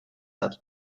that